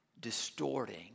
distorting